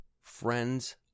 Friends